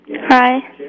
Hi